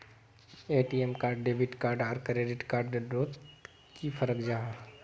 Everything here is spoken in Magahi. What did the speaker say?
ए.टी.एम कार्ड डेबिट कार्ड आर क्रेडिट कार्ड डोट की फरक जाहा?